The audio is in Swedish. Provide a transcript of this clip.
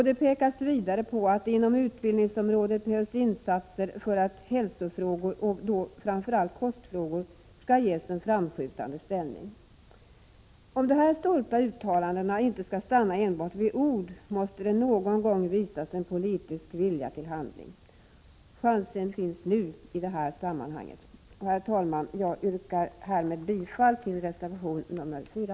Det pekas vidare på att det inom utbildningsområdet behövs insatser för att hälsofrågor, framför allt kostfrågor, skall ges en framskjuten ställning. Om de här stolta uttalandena inte skall vara enbart tomma ord, måste det någon gång visas en politisk vilja till handling. Chansen finns nu i det här sammanhanget. Herr talman! Jag yrkar bifall till reservation nr 4.